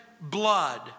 blood